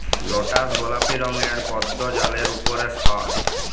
lotus গলাপি রঙের পদ্দ জালের উপরে হ্যয়